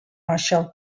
marshal